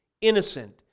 innocent